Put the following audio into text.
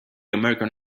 american